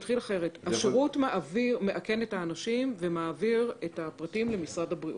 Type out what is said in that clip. השירות מאכן את האנשים ומעביר את הפרטים למשרד הבריאות.